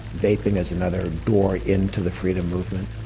vaping is another door into the freedom movement.